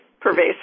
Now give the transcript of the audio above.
pervasive